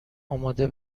آماده